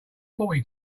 forty